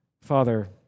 Father